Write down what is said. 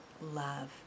love